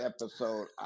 episode